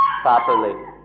properly